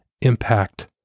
impact